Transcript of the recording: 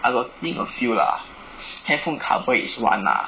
I got think a few lah handphone cover is [one] lah